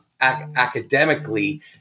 academically